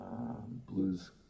blues